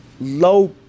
low